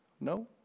No